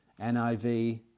niv